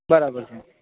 બરાબર છે